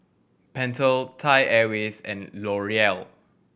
Pentel Thai Airways and L'Oreal